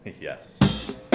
Yes